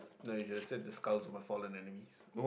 no you should have said the skulls of our fallen enemies